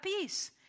peace